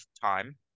time